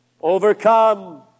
overcome